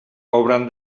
hauran